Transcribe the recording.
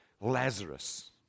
Lazarus